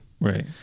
right